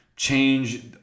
change